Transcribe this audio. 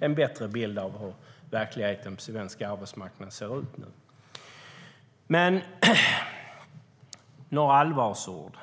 en bättre bild av hur verkligheten på svensk arbetsmarknad ser ut nu. Jag vill säga några allvarsord.